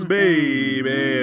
baby